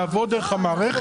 הם מחויבים לבוא דרך המערכת.